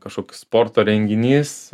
kažkoks sporto renginys